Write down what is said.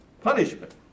punishment